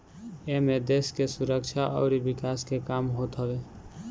एमे देस के सुरक्षा अउरी विकास के काम होत हवे